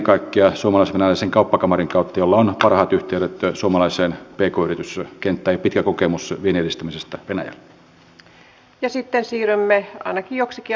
mutta tämä koko kysymys ikäihmisten hoivasta on minun mielestäni tärkeää pitää tässä koko ajan mielessä ja kokonaisuutena tarkastelussa